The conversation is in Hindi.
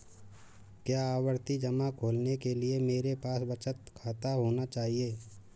क्या आवर्ती जमा खोलने के लिए मेरे पास बचत खाता होना चाहिए?